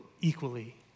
equally